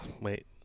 wait